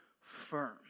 firm